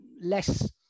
less